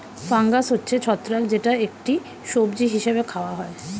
fungus হচ্ছে ছত্রাক যেটা একটি সবজি হিসেবে খাওয়া হয়